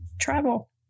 travel